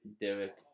Derek